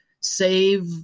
save